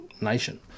nation